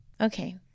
Okay